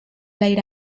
laid